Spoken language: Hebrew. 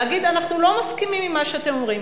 להגיד: אנחנו לא מסכימים עם מה שאתם אומרים,